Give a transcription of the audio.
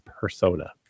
persona